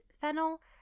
fennel